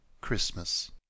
Christmas